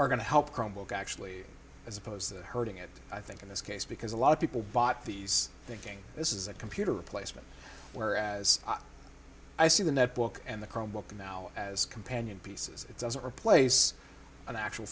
are going to help chromebook actually as opposed to hurting it i think in this case because a lot of people bought these thinking this is a computer replacement whereas i see the netbook and the chromebook now as companion pieces it doesn't replace an actual